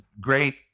great